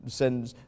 sends